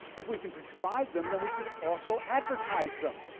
if we can prescribe them, then we could also advertise them,